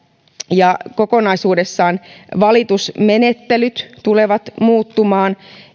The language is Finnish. ja kokonaisuudessaan valitusmenettelyt tulevat muuttumaan